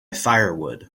firewood